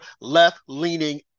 left-leaning